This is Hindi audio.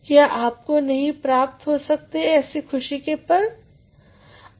क्या आपको नहीं प्राप्त हो सकते ऐसेख़ुशी के पल